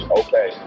okay